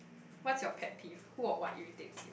what's your pet peeve who or what irritates